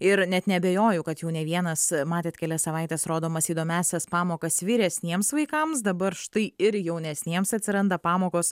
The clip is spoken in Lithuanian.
ir net neabejoju kad jau ne vienas matėt kelias savaites rodomas įdomiąsias pamokas vyresniems vaikams dabar štai ir jaunesniems atsiranda pamokos